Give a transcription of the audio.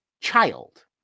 Child